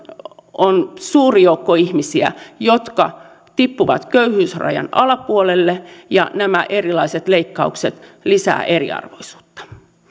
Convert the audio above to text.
on suuri joukko ihmisiä jotka tippuvat köyhyysrajan alapuolelle ja nämä erilaiset leikkaukset lisäävät eriarvoisuutta